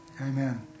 Amen